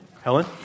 Helen